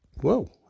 whoa